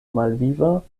malviva